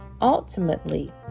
Ultimately